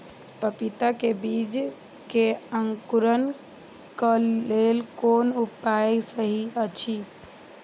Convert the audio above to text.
पपीता के बीज के अंकुरन क लेल कोन उपाय सहि अछि?